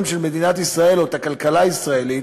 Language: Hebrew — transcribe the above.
של מדינת ישראל או את הכלכלה הישראלית,